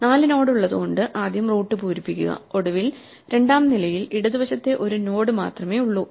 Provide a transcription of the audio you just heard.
നാലു നോഡ് ഉള്ളത് കൊണ്ട് ആദ്യം റൂട്ട് പൂരിപ്പിക്കുക ഒടുവിൽ രണ്ടാം നിലയിൽ ഇടതു വശത്തെ ഒരു നോഡ് മാത്രമേ ഉള്ളു